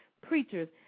preachers